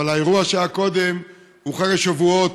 אבל האירוע שהיה קודם הוא חג השבועות,